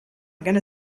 going